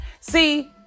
See